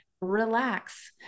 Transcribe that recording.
relax